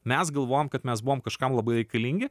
mes galvojom kad mes buvom kažkam labai reikalingi